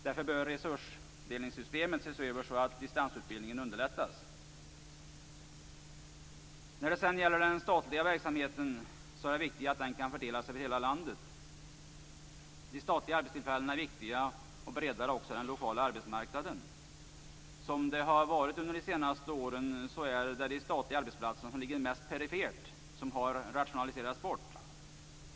Därför bör resursdelningssystemet ses över så att distansutbildningen underlättas. När det sedan gäller den statliga verksamheten är det viktigt att den kan fördelas över landet. De statliga arbetstillfällena är viktiga och breddar också den lokala arbetsmarknaden. Som det har varit under de senaste åren är det de statliga arbetsplatserna som ligger mest perifert som har rationaliserats bort.